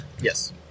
Yes